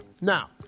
Now